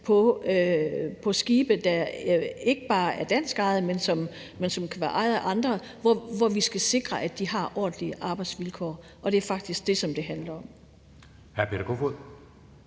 på skibe, der er ikke bare er danskejede, men som kan være ejet af andre, hvor vi skal sikre at de har ordentlige arbejdsvilkår, og det er faktisk det, som det handler om. Kl. 13:21 Den fg.